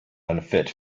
unfit